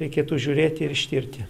reikėtų žiūrėti ir ištirti